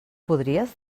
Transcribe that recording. podries